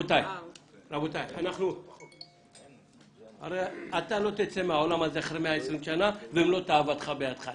הרי אתה לא תצא מהאולם הזה אחרי 120 שנה ומלוא תאוותך בידך,